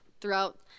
throughout